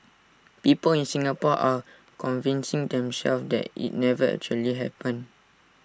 people in Singapore are convincing themselves that IT never actually happened